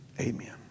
Amen